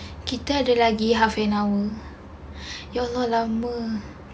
kita ada lagi half an hour ya lah lama